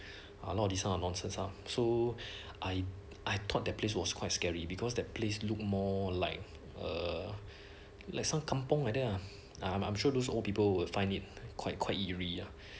a lot of this kind of nonsense lah so I I thought that place was quite scary because that place look more like a like some kampung like that ah I'm I'm sure those old people will find it quite quite eerie